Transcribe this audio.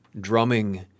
drumming